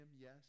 yes